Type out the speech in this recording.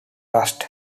trust